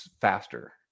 faster